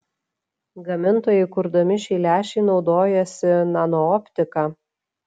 gamintojai kurdami šį lęšį naudojosi nanooptika